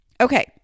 Okay